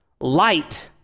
Light